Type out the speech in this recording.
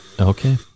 Okay